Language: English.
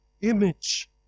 image